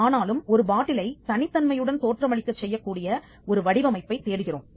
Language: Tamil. ஆனாலும் ஒரு பாட்டிலைத் தனித்தன்மையுடன் தோற்றமளிக்கச் செய்யக்கூடிய ஒரு வடிவமைப்பைத் தேடுகிறோம்